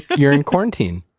you're in corn-inteen